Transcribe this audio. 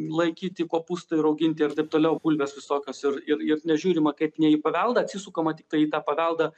laikyti kopūstai rauginti ir taip toliau bulvės visokios ir ir ir nežiūrima kaip į ne paveldą atsisukama tiktai į tą paveldą